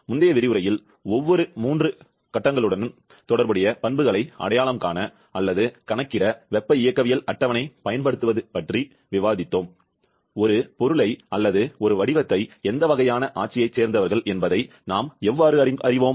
முந்தைய விரிவுரையில் ஒவ்வொரு மூன்று ஆட்சிகளுடனும் தொடர்புடைய பண்புகளை அடையாளம் காண அல்லது கணக்கிட வெப்ப இயக்கவியல் அட்டவணை பயன்படுத்துவது பற்றி விவாதித்தோம் ஒரு பொருளை அல்லது ஒரு வடிவத்தை எந்த வகையான ஆட்சியைச் சேர்ந்தவர்கள் என்பதை நாம் எவ்வாறு அறிவோம்